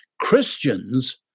Christians